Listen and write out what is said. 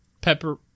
pepper